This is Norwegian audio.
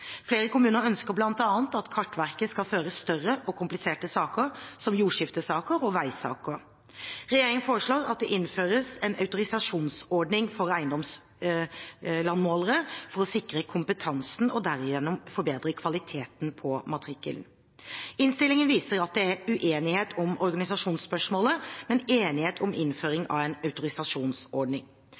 Flere kommuner ønsker bl.a. at Kartverket skal føre større og kompliserte saker som jordskiftesaker og veisaker. Regjeringen foreslår at det innføres en autorisasjonsordning for eiendomslandmålere for å sikre kompetansen og derigjennom forbedre kvaliteten på matrikkelen. Innstillingen viser at det er uenighet om organisasjonsspørsmålet, men enighet om innføringen av en autorisasjonsordning.